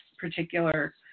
particular